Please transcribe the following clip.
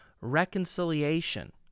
reconciliation